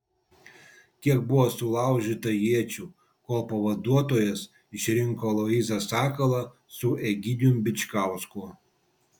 kiek buvo sulaužyta iečių kol pavaduotojas išrinko aloyzą sakalą su egidijumi bičkausku